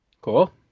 Cool